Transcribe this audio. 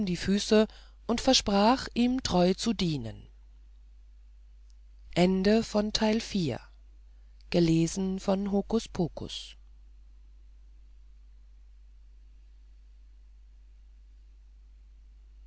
die füße und versprach ihm treu zu dienen